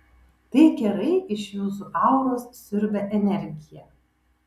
tai kerai iš jūsų auros siurbia energiją